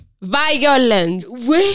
Violence